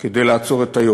לא יזם ולו פעולת טרור אחת,